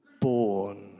born